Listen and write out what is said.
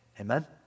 Amen